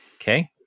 Okay